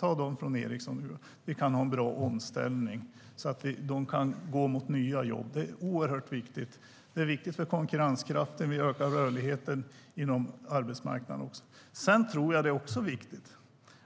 Man måste ha en bra omställning så att de anställda på Ericsson kan få nya jobb. Det är viktigt för vår konkurrenskraft, och det ökar rörligheten inom arbetsmarknaden. Sedan är det också viktigt